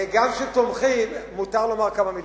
גם כשתומכים מותר לומר כמה מלים.